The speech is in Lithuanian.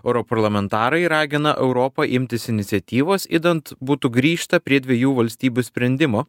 europarlamentarai ragina europą imtis iniciatyvos idant būtų grįžta prie dviejų valstybių sprendimo